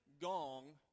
gong